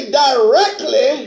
directly